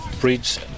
bridge